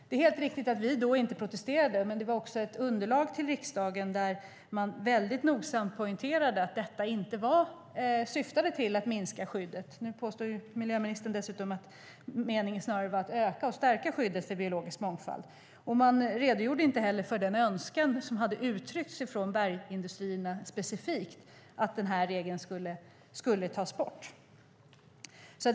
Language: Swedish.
Det är helt riktigt att vi då inte protesterade, men det fanns ett underlag till riksdagen där man nogsamt poängterade att detta inte syftade till att minska skyddet. Nu påstår miljöministern dessutom att meningen snarare var att öka och stärka skyddet för biologisk mångfald. Man redogjorde inte heller för den önskan som hade uttryckts från bergindustrin specifikt om att denna regel skulle tas bort.